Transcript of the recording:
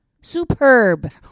Superb